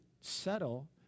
settle